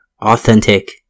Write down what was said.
authentic